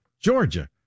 Georgia